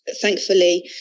thankfully